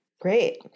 Great